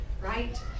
right